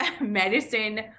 medicine